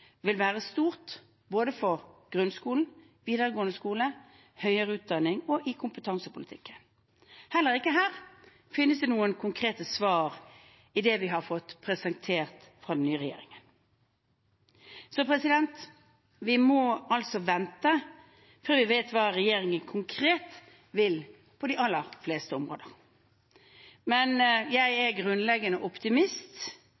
vil være stort, både for grunnskolen, for videregående skole, for høyere utdanning og i kompetansepolitikken. Heller ikke her finnes det noen konkrete svar i det vi har fått presentert fra den nye regjeringen. Vi må altså vente før vi vet hva regjeringen konkret vil på de aller fleste områder. Men jeg